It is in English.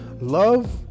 love